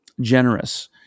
generous